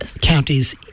counties